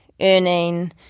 earning